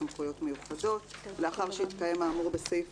סמכויות מיוחדות ולאחר שהתקיים האמור בסעיף